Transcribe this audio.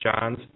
Johns